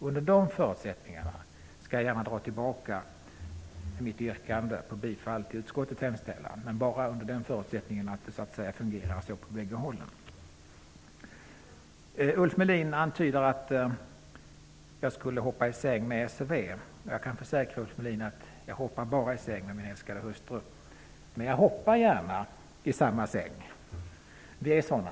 Under de förutsättningarna skall jag gärna dra tillbaka mitt yrkande om bifall till utskottets hemställan, men bara under förutsättningen att det fungerar så på bägge hållen. Ulf Melin antyder att jag skulle hoppa i säng med s och v. Jag kan försäkra Ulf Melin att jag bara hoppar i säng med min älskade hustru. Men jag hoppar gärna i säng!